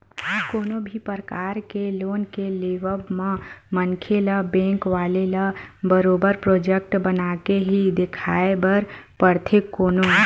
कोनो भी परकार के लोन के लेवब म मनखे ल बेंक वाले ल बरोबर प्रोजक्ट बनाके ही देखाये बर परथे कोनो